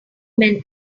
men